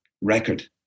record